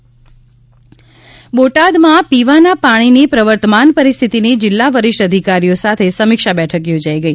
બોટાદ બેઠક બોટાદમાં પીવાના પાણીની પ્રવર્તમાન પરિસ્થિતિની જિલ્લા વરિષ્ઠ અધિકારીઓ સાથે સમીક્ષા બેઠક યોજાઇ ગઇ